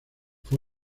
fue